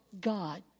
God